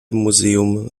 museum